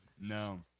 No